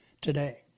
today